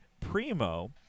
Primo